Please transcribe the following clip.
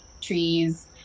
trees